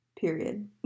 Period